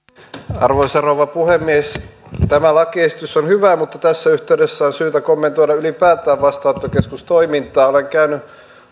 arvoisa rouva puhemies tämä lakiesitys on hyvä mutta tässä yhteydessä on syytä kommentoida ylipäätään vastaanottokeskustoimintaa olen käynyt